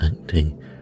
acting